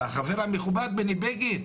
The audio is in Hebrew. על החבר המכובד בני בגין.